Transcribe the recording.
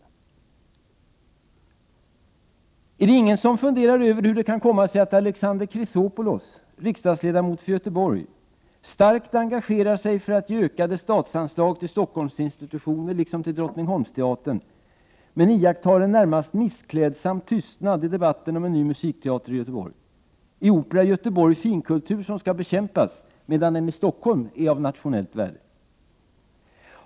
Är det vidare ingen som funderar över hur det kan komma sig att Alexander Chrisopoulos — riksdagsledamot för Göteborg — starkt engagerar sig för att ge ökade statsanslag till Stockholmsinstitutioner liksom till Drottningholmsteatern, men iakttar en närmast missklädsam tystnad i debatten om en ny musikteater i Göteborg? Är opera i Göteborg finkultur som skall bekämpas medan den i Stockholm är av nationellt värde?